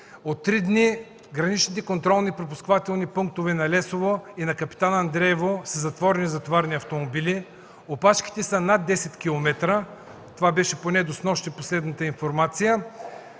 От три дни граничните контролно-пропускателни пунктове на Лесово и на Капитан Андреево са затворени за товарни автомобили. Опашките са над 10 км, такава беше последната информация,